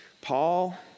Paul